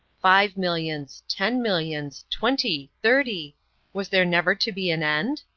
five millions ten millions twenty thirty was there never to be an end?